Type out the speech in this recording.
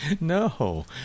no